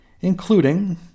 Including